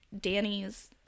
Danny's